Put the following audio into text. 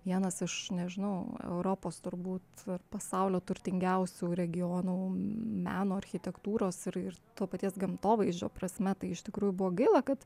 vienas aš nežinau europos turbūt pasaulio turtingiausių regionų meno architektūros ir to paties gamtovaizdžio prasme tai iš tikrųjų buvo gaila kad